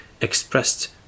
expressed